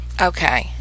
Okay